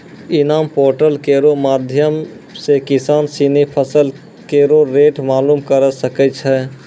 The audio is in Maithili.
इनाम पोर्टल केरो माध्यम सें किसान सिनी फसल केरो रेट मालूम करे सकै छै